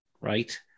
right